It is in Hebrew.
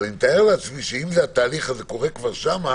אבל אני מתאר לעצמי שאם התהליך הזה קורה שם,